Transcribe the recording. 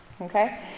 Okay